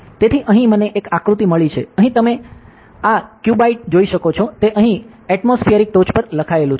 તેથી અહીં મને એક આકૃતિ મળી છે અહીં તમે અહીં આ ક્યુબોઇડ જોઈ શકો છો તે અહીં એટમોસ્ફિઅરની ટોચ પર લખાયેલું છે